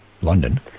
London